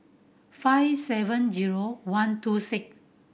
five seven zero one two six